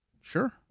Sure